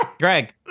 greg